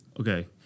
Okay